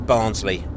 Barnsley